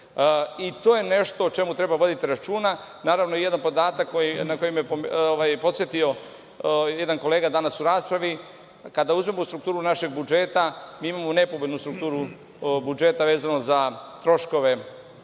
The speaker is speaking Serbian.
To je nešto o čemu treba voditi računa. Naravno, jedan podatak na koji me je podsetio jedan kolega danas u raspravi, kada uzmemo strukturu našeg budžeta, mi imamo nepovoljnu strukturu budžeta vezano za troškove,